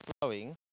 flowing